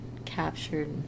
captured